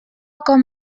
com